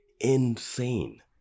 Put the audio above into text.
insane